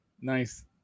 Nice